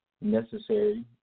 Necessary